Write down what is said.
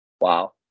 Wow